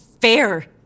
fair